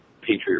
Patriot